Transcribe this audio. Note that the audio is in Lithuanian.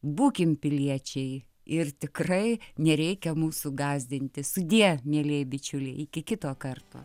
būkim piliečiai ir tikrai nereikia mūsų gąsdinti sudie mielieji bičiuliai iki kito karto